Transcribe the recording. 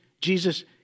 jesus